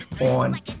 on